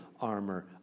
armor